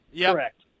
Correct